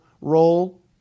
role